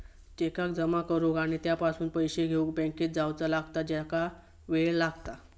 चेकाक जमा करुक आणि त्यापासून पैशे घेउक बँकेत जावचा लागता ज्याका वेळ लागता